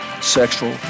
sexual